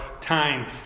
time